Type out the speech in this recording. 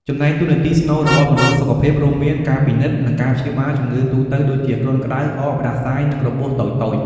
ចំណែកតួនាទីស្នូលរបស់មណ្ឌលសុខភាពរួមមាន ការពិនិត្យ និងការព្យាបាលជំងឺទូទៅដូចជា គ្រុនក្តៅ ក្អក ផ្តាសាយ និងរបួសតូចៗ។